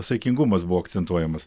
saikingumas buvo akcentuojamas